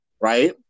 Right